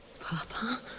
Papa